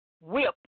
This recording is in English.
whip